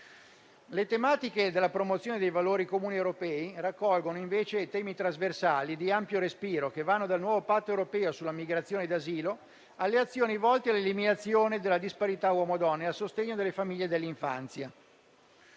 Le tematiche della promozione dei valori comuni europei raccolgono invece temi trasversali di ampio respiro, che vanno dal nuovo patto europeo sulla migrazione e l'asilo alle azioni volte all'eliminazione della disparità uomo-donna e a sostegno delle famiglie e dell'infanzia.